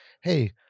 Hey